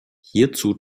hierzu